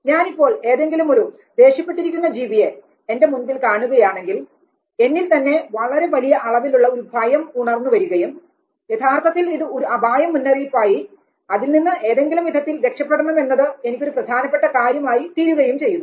ഞാനിപ്പോൾ ഏതെങ്കിലുമൊരു ദേഷ്യപ്പെട്ടിരിക്കുന്ന ജീവിയെ എൻറെ മുൻപിൽ കാണുകയാണെങ്കിൽ എന്നിൽ തന്നെ വളരെ വലിയ അളവിലുള്ള ഒരു ഭയം ഉണർന്നു വരികയും യഥാർത്ഥത്തിൽ ഇത് ഒരു അപായ മുന്നറിയിപ്പായി അതിൽ നിന്ന് ഏതെങ്കിലും വിധത്തിൽ രക്ഷപ്പെടണം എന്നത് എനിക്ക് ഒരു പ്രധാനപ്പെട്ട കാര്യം ആയിത്തീരുകയും ചെയ്യുന്നു